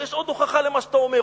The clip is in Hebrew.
יש עוד הוכחה למה שאתה אומר,